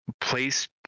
place